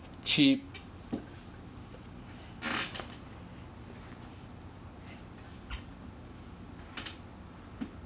cheap